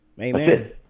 amen